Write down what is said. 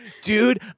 dude